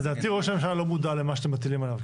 לדעתי ראש הממשלה לא מודע למה שאתם מטילים עליו,